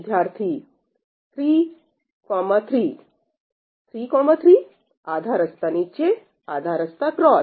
विद्यार्थी 33 33 आधारास्ता नीचेआधारास्ता एक्रॉस